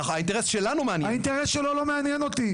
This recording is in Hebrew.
האינטרס שלו לא מעניין אותי,